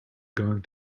going